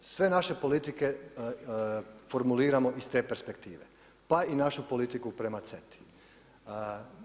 Sve naše politike formuliramo iz te perspektive, pa i našu politiku prema CETA-i.